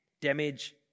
Damage